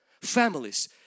families